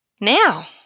Now